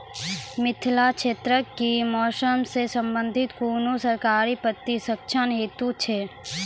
मिथिला क्षेत्रक कि मौसम से संबंधित कुनू सरकारी प्रशिक्षण हेतु छै?